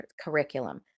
curriculum